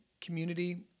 community